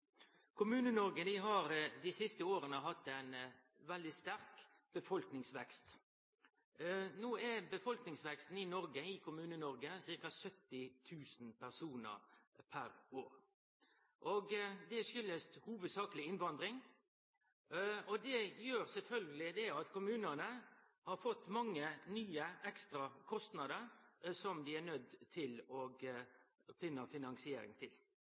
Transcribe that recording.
har dei siste åra hatt ein veldig sterk befolkningsvekst. No er befolkningsveksten i Kommune-Noreg ca. 70 000 personar per år. Det kjem hovudsakleg av innvandring, og det gjer sjølvsagt at kommunane har fått mange nye ekstra kostnader som dei er nøydde til å finne finansiering til.